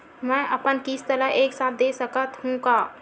मै अपन किस्त ल एक साथ दे सकत हु का?